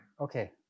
Okay